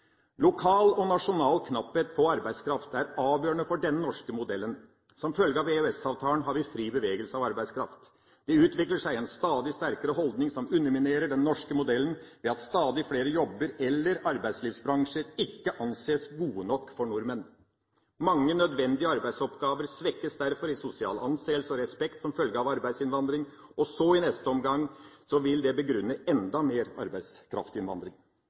Lokal og nasjonal knapphet på arbeidskraft er avgjørende for den norske modellen. Som følge av EØS-avtalen har vi fri bevegelse av arbeidskraft. Det utvikler seg en stadig sterkere holdning som underminerer den norske modellen, ved at stadig flere jobber eller arbeidslivsbransjer ikke anses gode nok for nordmenn. Mange nødvendige arbeidsoppgaver svekkes derfor i sosial anseelse og respekt som følge av arbeidsinnvandring, noe som i neste omgang vil begrunne enda mer arbeidskraftinnvandring.